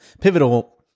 pivotal